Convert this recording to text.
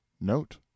note